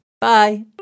Bye